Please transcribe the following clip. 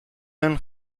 hun